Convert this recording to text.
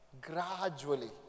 Gradually